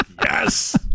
Yes